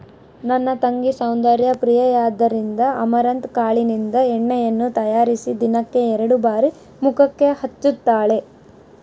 ನನ್ನ ತಂಗಿ ಸೌಂದರ್ಯ ಪ್ರಿಯೆಯಾದ್ದರಿಂದ ಅಮರಂತ್ ಕಾಳಿನಿಂದ ಎಣ್ಣೆಯನ್ನು ತಯಾರಿಸಿ ದಿನಕ್ಕೆ ಎರಡು ಬಾರಿ ಮುಖಕ್ಕೆ ಹಚ್ಚುತ್ತಾಳೆ